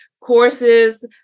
courses